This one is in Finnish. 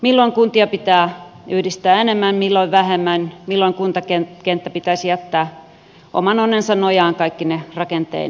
milloin kuntia pitää yhdistää enemmän milloin vähemmän milloin kuntakenttä pitäisi jättää oman onnensa nojaan kaikkine rakenteineen